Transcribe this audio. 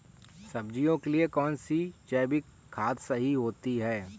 सब्जियों के लिए कौन सी जैविक खाद सही होती है?